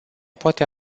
poate